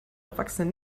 erwachsene